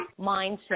mindset